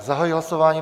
Zahajuji hlasování.